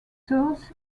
source